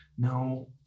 No